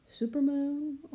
supermoon